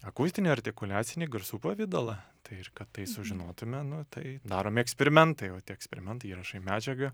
akustinį artikuliacinį garsų pavidalą tai ir kad tai sužinotume nu tai daromi eksperimentai o tie eksperimentai įrašai medžiagą